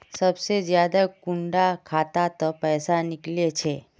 सबसे ज्यादा कुंडा खाता त पैसा निकले छे?